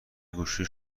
گوشی